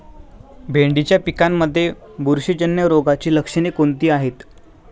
भेंडीच्या पिकांमध्ये बुरशीजन्य रोगाची लक्षणे कोणती आहेत?